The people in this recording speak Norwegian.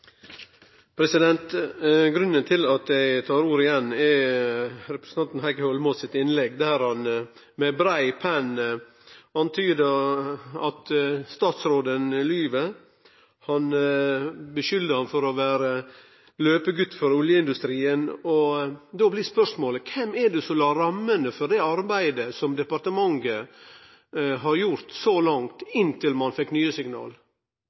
offshore. Grunnen til at eg tar ordet igjen, er representanten Heikki Eidsvoll Holmås sitt innlegg, der han med brei penn antydar at statsråden lyg og skuldar han for å vere ærendsgut for oljeindustrien. Då blir spørsmålet: Kven er det som la rammene for det arbeidet som departementet har gjort så langt, inntil ein fekk nye signal?